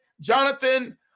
Jonathan